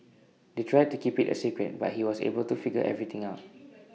they tried to keep IT A secret but he was able to figure everything out